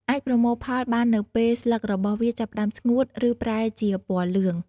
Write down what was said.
អាចប្រមូលផលបាននៅពេលស្លឹករបស់វាចាប់ផ្តើមស្ងួត ឬប្រែជាពណ៌លឿង។